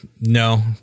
no